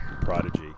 prodigy